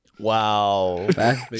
Wow